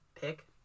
pick